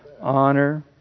honor